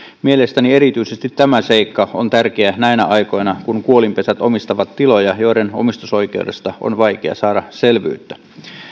mielestäni erityisesti tämä seikka on tärkeä näinä aikoina kun kuolinpesät omistavat tiloja joiden omistusoikeudesta on vaikea saada selvyyttä